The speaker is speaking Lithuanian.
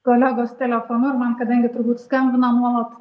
kolegos telefonu ir man kadangi turbūt skambina nuolat